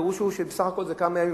הפירוש הוא שבסך הכול זה כמה ימים,